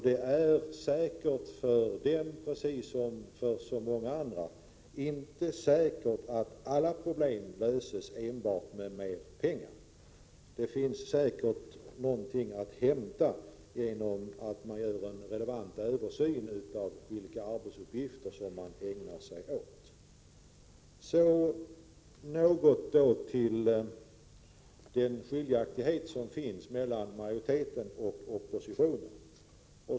Det är säkerligen för dem som för så många andra organ inte säkert att alla problem löses enbart med pengar. Det finns säkerligen något att vinna på en relevant översyn av de arbetsuppgifter som de ägnar sig åt. Så något om den skiljaktighet som finns mellan majoriteten och oppositionen.